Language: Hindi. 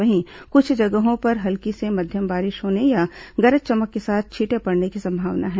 वहीं कृछ जगहों पर हल्की से मध्यम बारिश होने या गरज चमक के साथ छींटें पड़ने की संभावना है